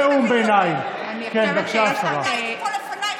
בדיוק כמו הסולרי על הגגות,